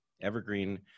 Evergreen